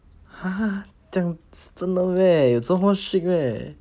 !huh! 这样真的 meh 这么 strict meh